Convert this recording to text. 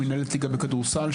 מינהלת ליגה בכדורסל,